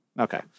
okay